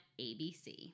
ABC